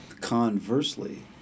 Conversely